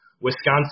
Wisconsin